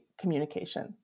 communication